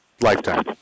lifetime